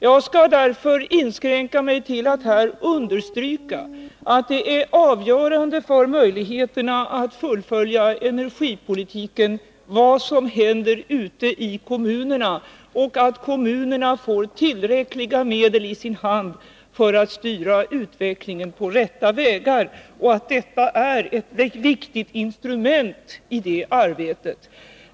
Jag skall därför inskränka mig till att här understryka att avgörande för möjligheterna att fullfölja energipolitiken är vad som händer ute i kommunerna och att kommunerna får tillräckliga medel i sin hand för att styra utvecklingen på rätta vägar. Detta är ett viktigt instrument i det arbetet.